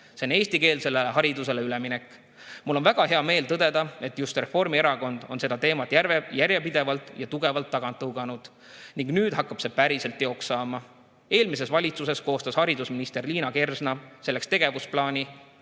eestikeelsele haridusele üleminek. Mul on väga hea meel tõdeda, et just Reformierakond on seda teemat järjepidevalt ja tugevalt tagant tõuganud ning nüüd hakkab see päriselt teoks saama. Eelmises valitsuses koostas haridusminister Liina Kersna selleks tegevusplaani